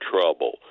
trouble